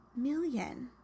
million